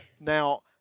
Now